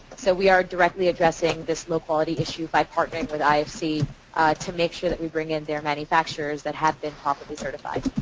so we are directly addressing this low quality issue by partnering ifc to make sure that we bring in their manufactures that have been talks of the certified.